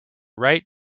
right